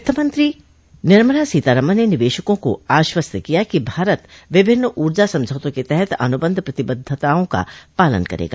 वित्तमंत्री निर्मला सीतारामन ने निवेशकों को आश्वस्त किया है कि भारत विभिन्न ऊर्जा समझौतों के तहत अनुबंध प्रतिबद्धताओं का पालन करेगा